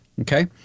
Okay